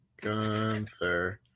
Gunther